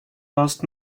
last